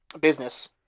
business